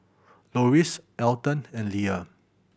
Loris Elton and Leia